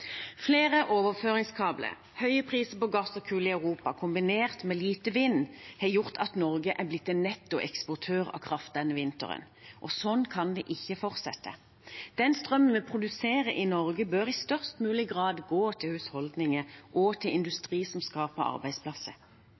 Flere overføringskabler og høye priser på gass og kull i Europa kombinert med lite vind har gjort at Norge har blitt en nettoeksportør av kraft denne vinteren. Sånn kan vi ikke fortsette. Strømmen vi produserer i Norge, bør i størst mulig grad gå til husholdninger og til industri som skaper arbeidsplasser.